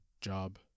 job